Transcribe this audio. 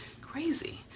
crazy